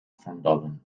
sądowym